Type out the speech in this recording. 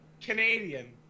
Canadian